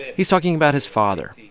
he's talking about his father,